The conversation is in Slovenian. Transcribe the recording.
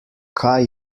kaj